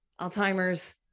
Alzheimer's